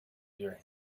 your